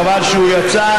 חבל שהוא יצא,